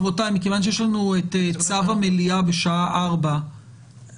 מכיוון שיש לנו את צו המליאה בשעה 16:00,